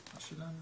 רפיק,